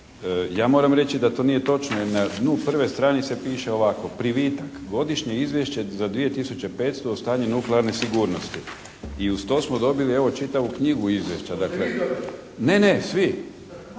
Ja moram reći da to nije točno i na dnu prve stranice piše ovako: privitak, Godišnje izvješće za 2005. o stanju nuklearne sigurnosti. I uz to smo dobili evo čitavu knjigu izvješća ……